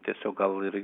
tiesiog gal ir